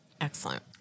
Excellent